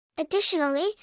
Additionally